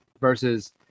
versus